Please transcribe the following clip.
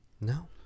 No